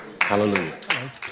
Hallelujah